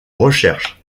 recherche